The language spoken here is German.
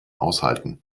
aushalten